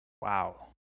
Wow